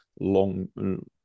long